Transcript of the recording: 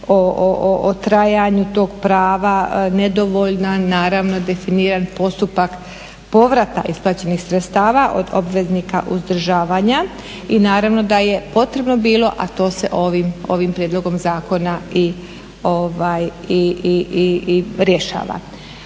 o trajanju tog prva, nedovoljna naravno definiran postupak povrata isplaćenih sredstava od obveznika uzdržavanja. I naravno da je potrebno bilo, a to se ovim prijedlogom zakona i rješava.